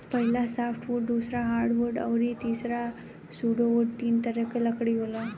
पहिला सॉफ्टवुड दूसरा हार्डवुड अउरी तीसरा सुडोवूड तीन तरह के लकड़ी होला